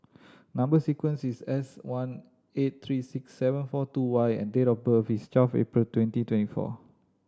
number sequence is S one eight three six seven four two Y and date of birth is twelve April twenty twenty four